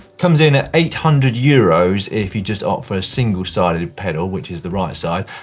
comes in at eight hundred euros if you just opt for a single sided pedal which is the right side,